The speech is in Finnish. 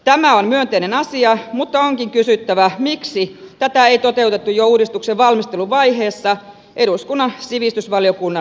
tämä on myönteinen asia mutta onkin kysyttävä miksi tätä ei toteutettu jo uudistuksen valmisteluvaiheessa eduskunnan sivistysvaliokunnan esittämällä tavalla